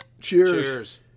Cheers